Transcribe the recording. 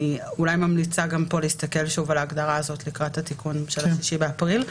אני ממליצה גם כאן להסתכל שוב על ההגדרה לקראת התיקון ב-6 באפריל.